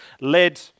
led